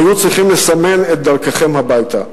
היו צריכים לסמן את דרככם הביתה.